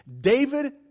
David